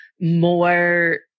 more